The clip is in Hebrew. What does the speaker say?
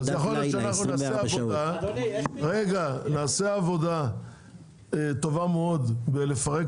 אז יכול להיות שנעשה עבודה טובה מאוד בלפרק